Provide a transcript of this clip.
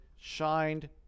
shined